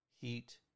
heat